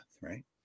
right